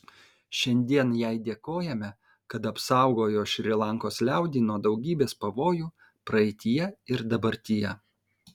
šiandien jai dėkojame kad apsaugojo šri lankos liaudį nuo daugybės pavojų praeityje ir dabartyje